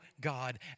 God